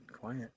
quiet